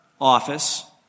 office